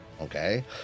Okay